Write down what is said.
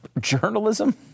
journalism